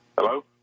Hello